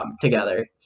together